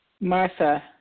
Martha